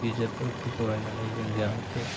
बिजाबफोरखौ फरायनानै जों जाहाथे